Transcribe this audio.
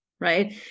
right